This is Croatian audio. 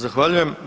Zahvaljujem.